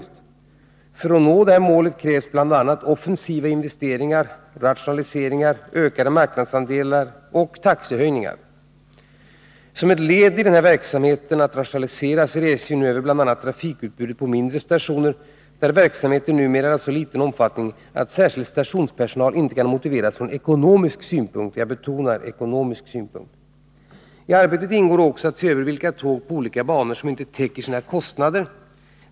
För att nå detta mål krävs bl.a. offensiva investeringar, rationaliseringar, ökade marknadsandelar och taxehöjningar. Som ett led i rationaliseringsarbetet ser SJ nu över bl.a. trafikutbudet på mindre stationer, där verksamheten numera är av så liten omfattning att särskild stationspersonal inte kan motiveras från ekonomisk synpunkt. I arbetet ingår också att se över vilka tåg på olika banor som inte täcker sina kostnader.